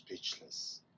speechless